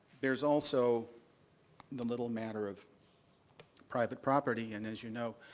there's also the little matter of private property, and as you know,